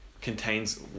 contains